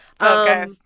Okay